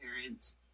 parents